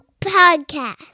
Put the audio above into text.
podcast